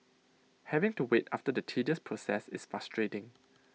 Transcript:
having to wait after the tedious process is frustrating